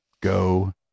go